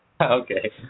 Okay